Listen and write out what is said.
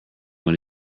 when